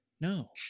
No